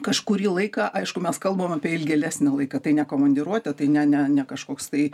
kažkurį laiką aišku mes kalbam apie ilgėlesnį laiką tai ne komandiruotė tai ne ne ne kažkoks tai